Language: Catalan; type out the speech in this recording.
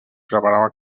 preparava